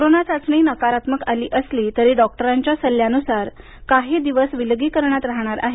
corona चाचणी नकारात्मक आली असली तरी डॉक्टरांच्या सल्ल्यानुसार काही दिवस विलगीकरणात राहणार आहे